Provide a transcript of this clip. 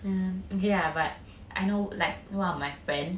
um okay lah but I know like one of my friend